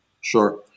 Sure